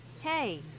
Hey